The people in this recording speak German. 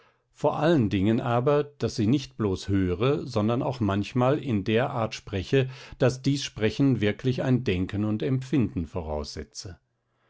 vor allen dingen aber daß sie nicht bloß höre sondern auch manchmal in der art spreche daß dies sprechen wirklich ein denken und empfinden voraussetze